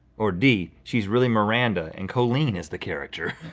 or d she's really miranda and colleen is the character.